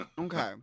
Okay